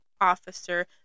officer